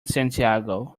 santiago